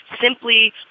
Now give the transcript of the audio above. simply